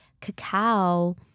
cacao